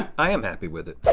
i am happy with it.